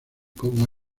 cómo